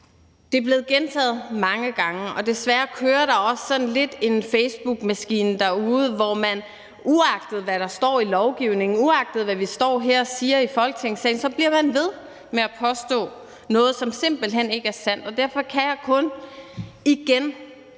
der er blevet gentaget mange gange, og desværre kører der også sådan lidt en facebookmaskine derude, hvor man, uagtet hvad der står i lovgivningen, og uagtet hvad vi står og siger her i Folketingssalen, bliver ved med at påstå noget, som simpelt hen ikke er sandt. Og derfor kan jeg kun igen